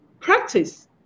practice